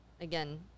again